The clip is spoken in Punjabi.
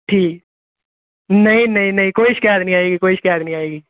ਠੀਕ ਨਹੀਂ ਨਹੀਂ ਨਹੀਂ ਕੋਈ ਸ਼ਿਕਾਇਤ ਨਹੀਂ ਆਏਗੀ ਕੋਈ ਸ਼ਿਕਾਇਤ ਨਹੀਂ ਆਏਗੀ